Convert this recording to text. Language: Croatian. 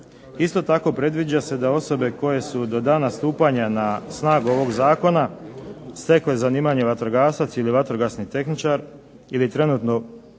Isto tako predviđa se da osobe koje su do dana stupanja na snagu ovog zakona, stekle zanimanje vatrogasac ili vatrogasni tehničar ili trenutno